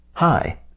Hi